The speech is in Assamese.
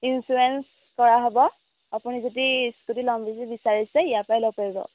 ইঞ্চুৰেঞ্চ কৰা হ'ব আপুনি যদি ইস্কুটি ল'ম যদি বিচাৰিছে ইয়াৰ পৰাই ল'ব পাৰিব